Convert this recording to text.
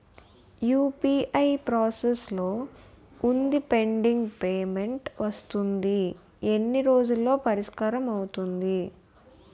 UPI process లో వుందిపెండింగ్ payment వస్తుంది ఎన్ని రోజుల్లో పరిష్కారం అవుతుంది